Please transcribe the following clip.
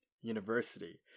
university